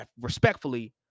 respectfully